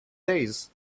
days